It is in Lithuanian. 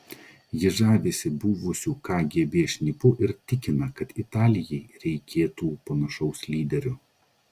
ji žavisi buvusiu kgb šnipu ir tikina kad italijai reikėtų panašaus lyderio